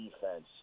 defense